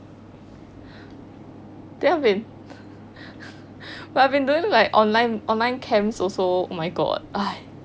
then I've been I have been doing like online online camps also oh my god